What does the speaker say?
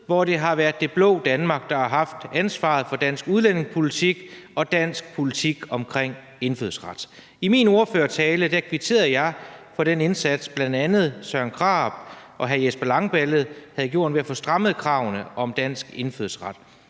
hvor det har været det blå Danmark, der har haft ansvaret for dansk udlændingepolitik og dansk politik omkring indfødsret. I min ordførertale kvitterede jeg for den indsats, bl.a. det, hr. Søren Krarup og hr. Jesper Langballe havde gjort i forhold til at få strammet kravene til dansk indfødsret,